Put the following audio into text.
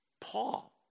Paul